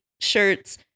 shirts